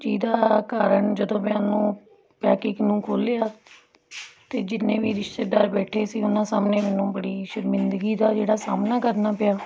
ਜਿਹਦਾ ਕਾਰਨ ਜਦੋਂ ਮੈਂ ਉਹਨੂੰ ਪੈਕਿੰਗ ਨੂੰ ਖੋਲ੍ਹਿਆ ਅਤੇ ਜਿੰਨੇ ਵੀ ਰਿਸ਼ਤੇਦਾਰ ਬੈਠੇ ਸੀ ਉਹਨਾਂ ਸਾਹਮਣੇ ਮੈਨੂੰ ਬੜੀ ਸ਼ਰਮਿੰਦਗੀ ਦਾ ਜਿਹੜਾ ਸਾਹਮਣਾ ਕਰਨਾ ਪਿਆ